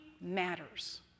matters